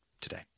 today